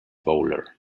bowler